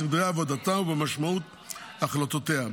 בסדרי עבודתה ובמשמעות החלטותיה.